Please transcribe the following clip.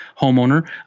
homeowner